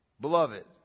Beloved